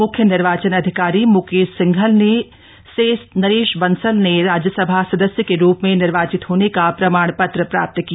मुख्य निर्वाचन अधिकारी मुकेश सिंघल से नरेश बंसल ने राज्यसभा सदस्य के रूप में निर्वाचित होने का प्रमाण पत्र प्राप्त किया